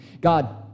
God